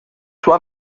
sua